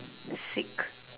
sick